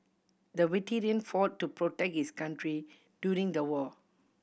the veteran fought to protect his country during the war